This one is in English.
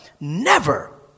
Never